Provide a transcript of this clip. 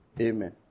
Amen